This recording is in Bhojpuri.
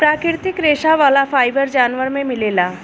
प्राकृतिक रेशा वाला फाइबर जानवर में मिलेला